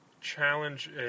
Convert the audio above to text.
challenge